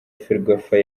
ferwafa